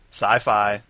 Sci-fi